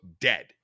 dead